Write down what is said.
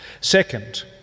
Second